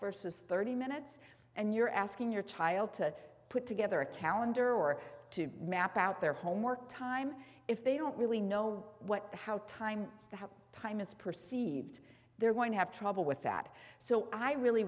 versus thirty minutes and you're asking your child to put together a calendar or to map out their homework time if they don't really know what the how time the how time is perceived they're going to have trouble with that so i really